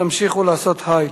תמשיכו לעשות חיל.